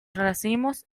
racimos